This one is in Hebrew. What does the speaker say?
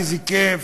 איזה כיף,